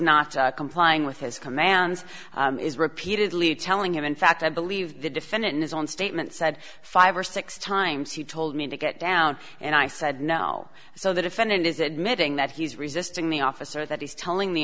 not complying with his commands is repeatedly telling him in fact i believe the defendant in his own statement said five or six times he told me to get down and i said no so the defendant is admitting that he's resisting the officer that he's telling